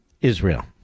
Israel